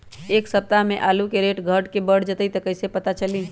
एक सप्ताह मे आलू के रेट घट ये बढ़ जतई त कईसे पता चली?